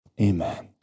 amen